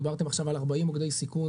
דיברתם עכשיו על 40 מוקדי סיכון,